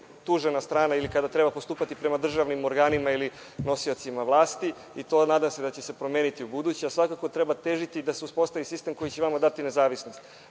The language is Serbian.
i ne postupate kada treba postupati prema državnim organima ili nosiocima vlasti kao tuženoj strani i nadam se da će se to promeniti ubuduće. Svakako treba težiti da se uspostavi sistem koji će vama dati nezavisnost.